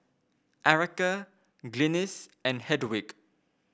Erika Glynis and Hedwig